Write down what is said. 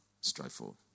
Straightforward